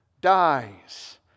dies